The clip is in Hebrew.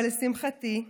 אבל לשמחתי,